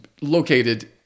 located